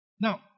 now